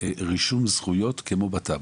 רישום זכויות כמו בטאבו?